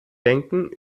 denken